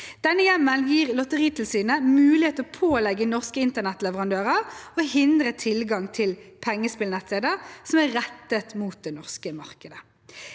Denne hjemmelen gir Lotteritilsynet mulighet til å pålegge norske internettleverandører å hindre tilgang til pengespillnettsteder som er rettet mot det norske markedet.